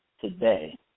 today